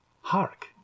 Hark